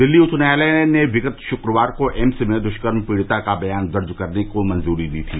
दिल्ली उच्च न्यायालय ने विगत शुक्रवार को एम्स में दृष्कर्म पीड़िता का बयान दर्ज करने को मंजूरी दी थी